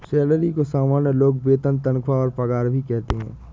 salary को सामान्य लोग वेतन तनख्वाह और पगार भी कहते है